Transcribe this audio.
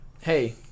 hey